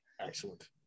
Excellent